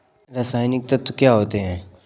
रसायनिक तत्व क्या होते हैं?